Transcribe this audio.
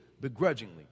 begrudgingly